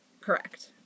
Correct